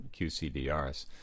QCDRs